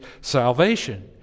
salvation